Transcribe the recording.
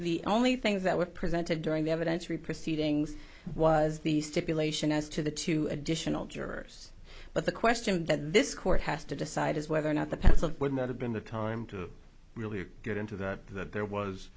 the only things that were presented during the evidence re proceedings was the stipulation as to the two additional jurors but the question that this court has to decide is whether or not the pencil would not have been the time to really get into that that there was